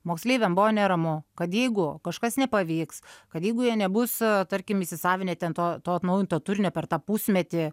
moksleiviam buvo neramu kad jeigu kažkas nepavyks kad jeigu jie nebus tarkim įsisavinę ten to to atnaujinto turinio per tą pusmetį